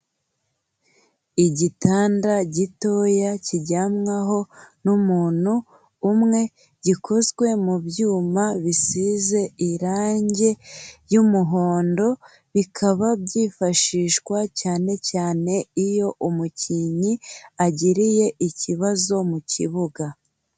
Igitanda gitoya kiryamwaho n'umuntu umwe, gikozwe mu byuma bisize irange ry'umuhondo, bikaba byifashishwa cyane cyane iyo umukinnyi agiriye ikibazo mu kibuga.